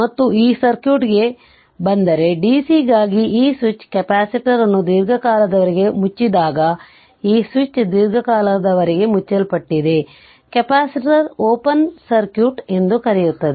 ಮತ್ತು ಈ ಸರ್ಕ್ಯೂಟ್ಗೆ ಬಂದರೆ dc ಗಾಗಿ ಈ ಸ್ವಿಚ್ ಕೆಪಾಸಿಟರ್ ಅನ್ನು ದೀರ್ಘಕಾಲದವರೆಗೆ ಮುಚ್ಚಿದಾಗಈ ಸ್ವಿಚ್ ದೀರ್ಘಕಾಲದವರೆಗೆ ಮುಚ್ಚಲ್ಪಟ್ಟಿದೆ ಕೆಪಾಸಿಟರ್ ಓಪನ್ ಸರ್ಕ್ಯೂಟ್ ಎಂದು ಕರೆಯುತ್ತದೆ